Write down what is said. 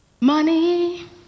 money